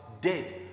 dead